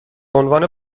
عنوان